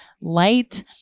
light